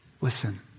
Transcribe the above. Listen